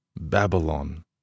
Babylon